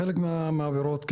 בחלק מהעבירות,